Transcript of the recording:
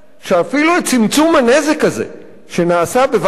שאפילו את צמצום הנזק הזה שנעשה בוועדת